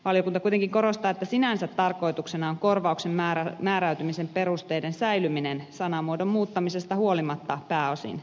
valiokunta kuitenkin korostaa että sinänsä tarkoituksena on korvauksen määräytymisen perusteiden säilyminen sanamuodon muuttamisesta huolimatta pääosin ennallaan